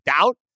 doubt